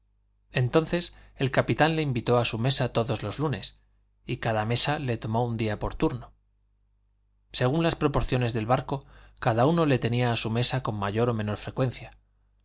entonces el capitán le invitó a su mesa todos los lunes y cada mesa le tomó un día por turno según las proporciones del barco cada uno le tenía a su mesa con mayor o menor frecuencia